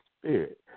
spirit